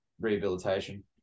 rehabilitation